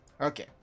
Okay